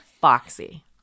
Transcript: Foxy